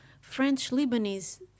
French-Lebanese